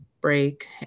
break